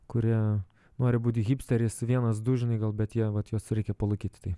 kurie nori būti hipsteriais vienas du žinai gal bet jie vat juos reikia palaikyti tai